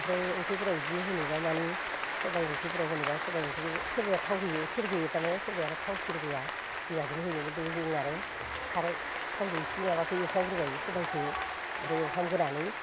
ओमफ्राय ओख्रैफोराव बिदिनो होनोब्ला मानि सबाय ओंख्रिफोराव होनोब्ला सबाय ओंख्रिखो सोरबाया थाव होयो सोरबाया आरो थाव सेरग्रोआ बिबादिनो होयो खिन्थु जोंना आरो खारै थावजो इसे माबाखो एवफ्रामग्रोबाय सबायखो ओमफ्राय एवफामग्रोनानै